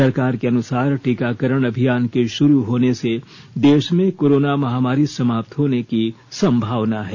सरकार के अनुसार टीकाकरण अभियान के शुरू होने से देश में कोरोना महामारी समाप्त होने की संभावना है